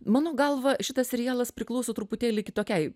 mano galva šitas serialas priklauso truputėlį kitokiai